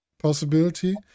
Possibility